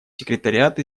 секретариат